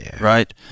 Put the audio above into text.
right